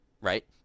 right